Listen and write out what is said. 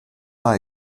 pas